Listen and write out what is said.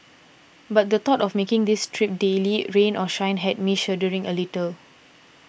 but the thought of making this trip daily rain or shine had me shuddering a little